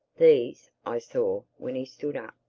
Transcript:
these, i saw when he stood up,